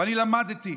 ואני למדתי,